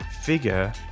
figure